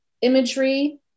imagery